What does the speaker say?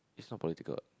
is not political